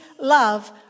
love